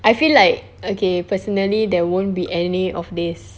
I feel like okay personally there won't be any of this